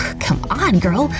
c'mon girl,